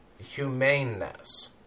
humaneness